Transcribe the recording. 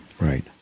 Right